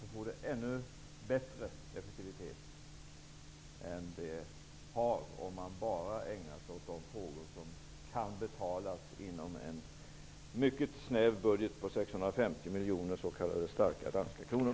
Då får det ännu bättre effektivitet än om man ägnar sig bara åt de frågor som kan betalas inom en mycket snäv budget på 650 miljoner s.k. starka danska kronor.